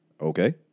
Okay